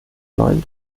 neuen